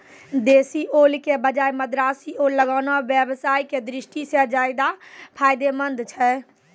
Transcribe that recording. देशी ओल के बजाय मद्रासी ओल लगाना व्यवसाय के दृष्टि सॅ ज्चादा फायदेमंद छै